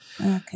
Okay